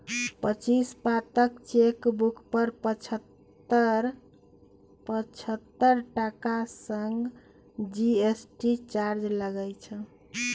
पच्चीस पातक चेकबुक पर पचहत्तर टका संग जी.एस.टी चार्ज लागय छै